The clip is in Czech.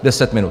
Deset minut.